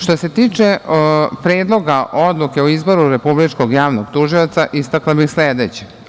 Što se tiče Predloga odluke o izboru Republičkog javnog tužioca, istakla bih sledeće.